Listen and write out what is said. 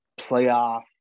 playoff